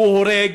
הוא הורג,